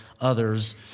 others